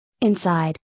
inside